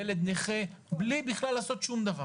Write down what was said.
ילד נכה בלי בכלל לעשות שום דבר.